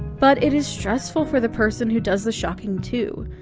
but it is stressful for the person who does the shocking, too.